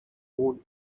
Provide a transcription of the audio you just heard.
born